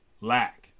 lack